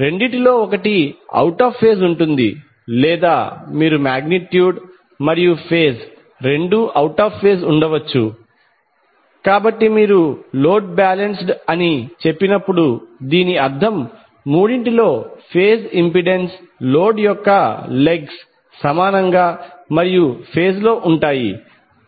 రెండింటిలో ఒకటి out of phase ఉంటుంది లేదా మీరు మాగ్నిట్యూడ్ మరియు ఫేజ్ రెండూ అవుట్ ఆఫ్ ఫేజ్ ఉండవచ్చు కాబట్టి మీరు లోడ్ బాలెన్స్డ్ అని చెప్పినప్పుడు దీని అర్థం మూడింటిలో ఫేజ్ ఇంపెడెన్స్ లోడ్ యొక్క లెగ్స్ సమానంగా మరియు ఫేజ్ లో ఉంటాయి